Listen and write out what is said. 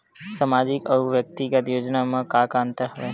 सामाजिक अउ व्यक्तिगत योजना म का का अंतर हवय?